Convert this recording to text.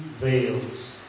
Veils